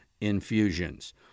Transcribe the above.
infusions